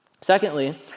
Secondly